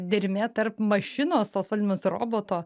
dermė tarp mašinos tos vadinamos roboto